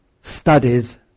studies